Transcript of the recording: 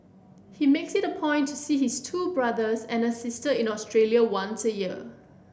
he makes it a point to see his two brothers and a sister in Australia once a year